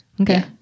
Okay